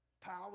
Power